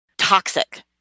Toxic